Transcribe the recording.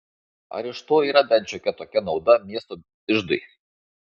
ar iš to yra bent šiokia tokia nauda miesto iždui